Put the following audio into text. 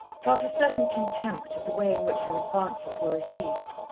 felt a certain contempt of the way in which her advances were received.